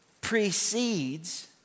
precedes